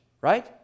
right